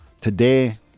today